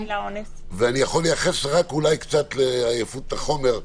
ואני יכול לייחס אותה רק קצת לעייפות החומר.